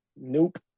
Nope